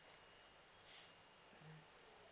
s~ mmhmm